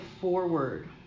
forward